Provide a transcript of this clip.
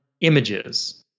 images